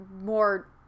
more